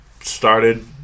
started